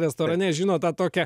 restorane žino tą tokią